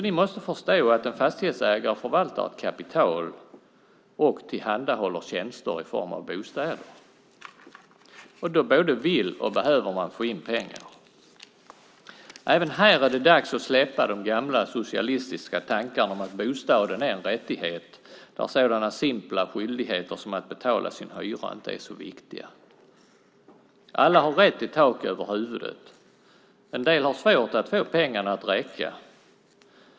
Ni måste förstå att en fastighetsägare förvaltar ett kapital och tillhandahåller tjänster i form av bostäder. Då både vill och behöver man få in pengar. Även här är det dags att släppa de gamla socialistiska tankarna om att bostaden är en rättighet där sådana simpla skyldigheter som att betala sin hyra inte är så viktiga. Alla har rätt till tak över huvudet. En del har svårt att få pengarna att räcka.